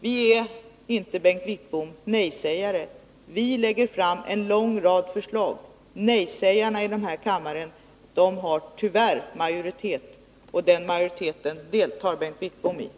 Vi är inte nejsägare. Vi lägger fram en lång rad förslag. Nejsägarna i denna kammare har tyvärr majoritet, och den majoriteten deltar Bengt Wittbom i.